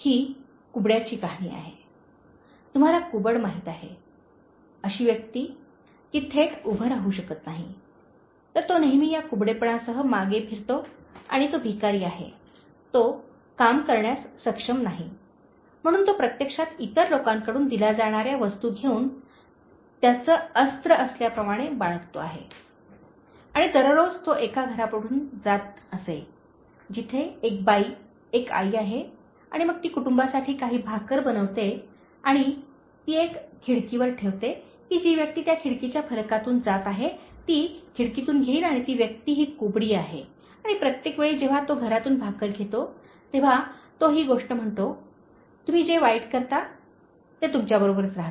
ही कुबड्याची कहाणी आहे तुम्हाला कूबड माहित आहे अशी व्यक्ती जी थेट उभे राहू शकत नाही तर तो नेहमी या कुबडेपणासह मागे फिरतो आणि तो भिकारी आहे तो काम करण्यास सक्षम नाही म्हणून तो प्रत्यक्षात इतर लोकांकडून दिल्या जाणाऱ्या वस्तू घेऊन त्याच अस्त्रे असल्याप्रमाणे बाळगतो आहे आणि दररोज तो एका घरापुढून जात असे जिथे एक बाई एक आई आहे आणि मग ती कुटुंबासाठी काही भाकर बनवते आणि ती एक खिडकीवर ठेवते की जी व्यक्ती त्या खिडकीच्या फलकातून जात आहे ती खिडकीतून घेईल आणि ती व्यक्ती ही कुबडी आहे आणि प्रत्येक वेळी जेव्हा तो घरातून भाकर घेतो तेव्हा तो ही गोष्ट म्हणतो "तुम्ही जे वाईट करता ते तुमच्याबरोबरच राहते